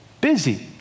busy